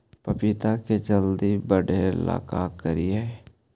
पपिता के जल्दी बढ़े ल का करिअई?